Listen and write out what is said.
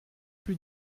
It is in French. plus